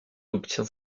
obtient